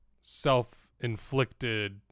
self-inflicted